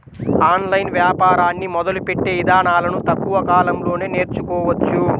online వ్యాపారాన్ని మొదలుపెట్టే ఇదానాలను తక్కువ కాలంలోనే నేర్చుకోవచ్చు